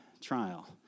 trial